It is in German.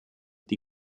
die